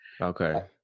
Okay